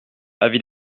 avis